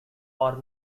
are